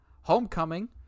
Homecoming